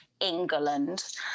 England